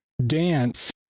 dance